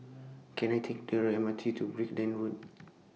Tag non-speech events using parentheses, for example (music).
Can I Take The M R T to Brickland Road (noise)